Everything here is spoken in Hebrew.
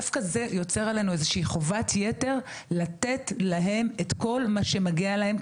דווקא זה יוצר עלינו חובת יתר לתת להם את כל מה שמגיע להם,